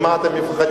ממה אתם מפחדים?